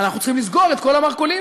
אנחנו צריכים לסגור את כל המרכולים.